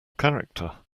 character